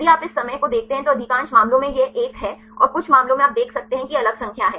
यदि आप इस समय को देखते हैं तो अधिकांश मामलों में यह एक है और कुछ मामलों में आप देखते हैं कि एक अलग संख्या है